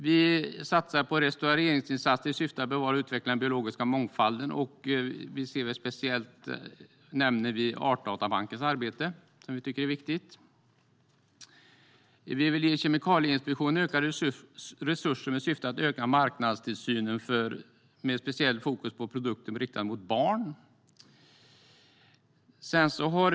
Vi satsar på restaureringsinsatser i syfte att bevara och utveckla den biologiska mångfalden, och vi nämner speciellt Artdatabankens arbete, som vi tycker är viktigt. Vi vill ge Kemikalieinspektionen ökade resurser i syfte att öka marknadstillsynen med speciellt fokus på produkter som är riktade mot barn.